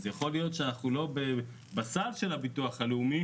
יכול להיות שאנחנו לא בסל של הביטוח הלאומי